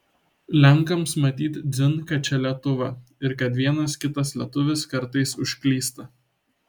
lenkams matyt dzin kad čia lietuva ir kad vienas kitas lietuvis kartais užklysta